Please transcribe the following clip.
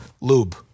lube